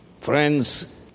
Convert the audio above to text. Friends